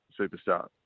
superstar